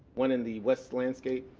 one in the west landscape,